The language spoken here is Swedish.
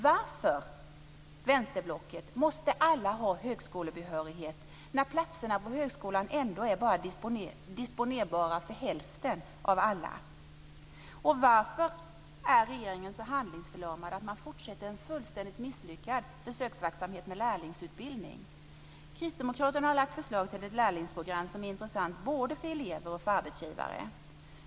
Varför, vänsterblocket, måste alla ha högskolebehörighet, när platserna på högskolan ändå bara kan disponeras av hälften? Varför är regeringen så handlingsförlamad att man fortsätter en fullständigt misslyckad försöksverksamhet med lärlingsutbildning? Kristdemokraterna har lagt fram förslag till ett lärlingsprogram som är intressant både för elever och arbetsgivare.